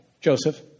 Joseph